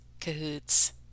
cahoots